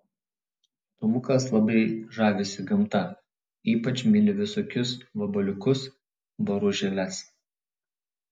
tomukas labai žavisi gamta ypač myli visokius vabaliukus boružėles